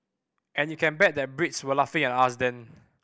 and you can bet that Brits were laughing at us then